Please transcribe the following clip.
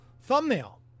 thumbnail